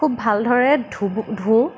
খুব ভালদৰে ধোওঁ